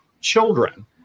children